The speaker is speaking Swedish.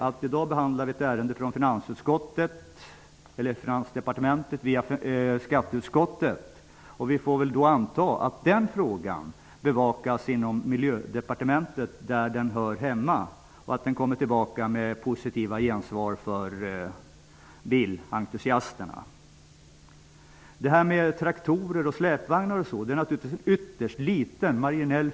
Men i dag behandlar vi ett ärende som har gått från Finansdepartementet via skatteutskottet. Vi får då anta att frågan om dispensavgiften bevakas inom Miljödepartementet, där den hör hemma, och att det blir ett positivt besked för bilentusiasterna. Frågan om traktorer och släpvagnar är ytterst liten och marginell.